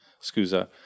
Scusa